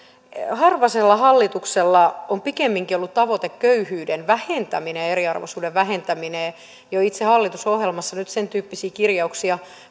harvasella hallituksella on pikemminkin ollut tavoite köyhyyden vähentäminen ja eriarvoisuuden vähentäminen ja jo itse hallitusohjelmasta nyt sen tyyppisiä kirjauksia